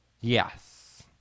Yes